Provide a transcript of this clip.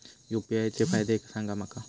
UPI चे फायदे सांगा माका?